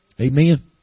Amen